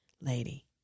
Lady